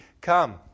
come